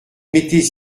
mettez